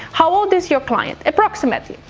how old is your client approximately?